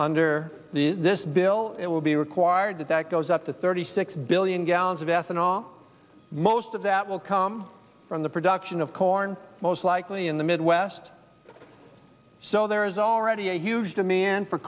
under this bill it will be required that that goes up to thirty six billion gallons of ethanol most of that will come from the production of corn most likely in the midwest so there is already a huge demand for